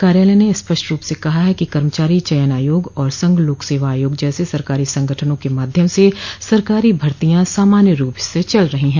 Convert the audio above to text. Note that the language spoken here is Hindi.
कार्यालय ने स्पष्ट किया है कि कर्मचारी चयन आयोग और संघ लोक सेवा आयोग जैसे सरकारी संगठनों के माध्यम से सरकारी भर्तियां सामान्य रूप से चल रही हैं